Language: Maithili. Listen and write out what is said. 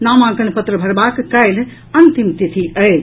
नामांकन पत्र भरबाक काल्हि अंतिम तिथि अछि